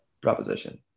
proposition